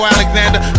Alexander